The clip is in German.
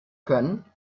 können